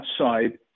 outside